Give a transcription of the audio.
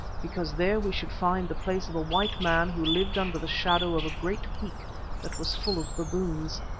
because there we should find the place of a white man who lived under the shadow of a great peak that was full of baboons.